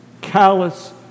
callous